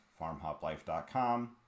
farmhoplife.com